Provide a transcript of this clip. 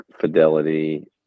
Fidelity